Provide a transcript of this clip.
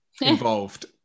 involved